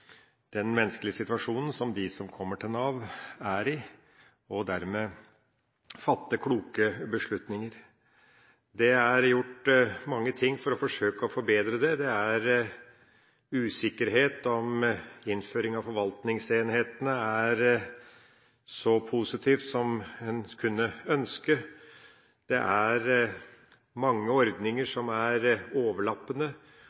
den menneskelige situasjonen som de som kommer til Nav, er i, og dermed fatte kloke beslutninger. Det er gjort mange ting for å forsøke å forbedre det. Det er usikkerhet om innføring av forvaltningsenhetene er så positivt som en kunne ønske, det er mange ordninger